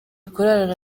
kurarana